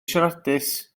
siaradus